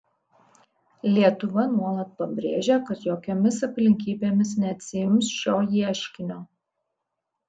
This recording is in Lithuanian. lietuva nuolat pabrėžia kad jokiomis aplinkybėmis neatsiims šio ieškinio